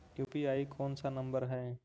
UPI कोन सा number हैं?